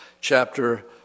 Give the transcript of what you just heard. chapter